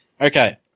okay